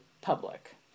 public